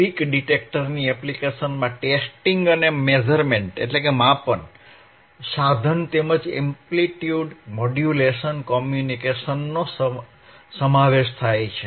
peak ડિટેક્ટરની એપ્લિકેશનમાં testing અને માપન સાધન તેમજ એપ્લિટ્યુડ મોડ્યુલેશન કોમ્યુનીકેશનનો સમાવેશ થાય છે